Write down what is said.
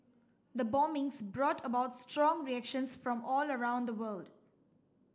the bombings brought about strong reactions from all around the world